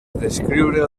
descriure